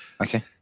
Okay